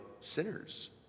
sinners